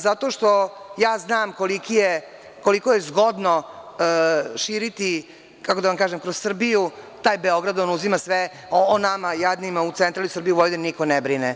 Zato što ja znam koliko je zgodno širiti, kako da vam kažem, kroz Srbiju taj Beograd, on uzima sve, a o nama jadnima u Centralnoj Srbiji, u Vojvodini niko ne brine.